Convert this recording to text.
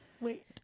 wait